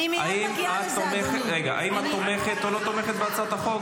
האם את תומכת או לא תומכת בהצעת החוק?